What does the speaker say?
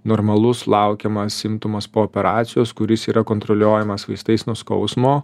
normalus laukiamas simptomas po operacijos kuris yra kontroliuojamas vaistais nuo skausmo